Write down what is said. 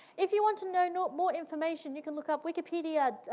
if you want to know know more information, you can look up wikipedia,